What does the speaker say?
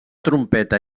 trompeta